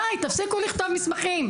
די, תפסיקו לכתוב מסמכים.